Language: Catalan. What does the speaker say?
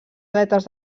aletes